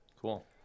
Cool